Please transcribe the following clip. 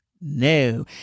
No